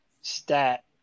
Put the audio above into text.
stat